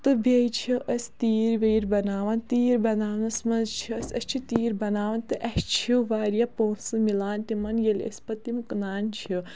تہٕ بییہِ چھِ أسۍ تیٖر ویٖر بَناوان تیٖر بَناونَس منٛز چھِ أسۍ أسۍ چھِ تیٖر بَناوان تہٕ اسہِ چھِ واریاہ پونٛسہٕ مِلان تِمن ییٚلہِ أسۍ پتہٕ یِم کٕنان چھِ